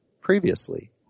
previously